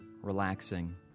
relaxing